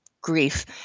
grief